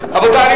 אברהם